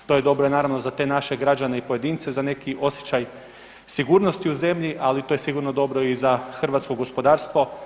To je dobro naravno za te naše građane i pojedince za neki osjećaj sigurnosti u zemlji, ali to je sigurno dobro i za hrvatsko gospodarstvo.